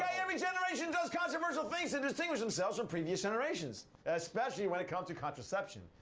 every generation does controversial things to distinguish themselves from previous generations. especially when it comes to contraception.